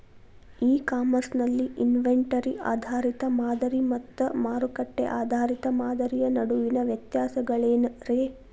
E commerce ನಲ್ಲಿ inventory ಆಧಾರಿತ ಮಾದರಿ ಮತ್ತ ಮಾರುಕಟ್ಟೆ ಆಧಾರಿತ ಮಾದರಿಯ ನಡುವಿನ ವ್ಯತ್ಯಾಸಗಳೇನ ರೇ?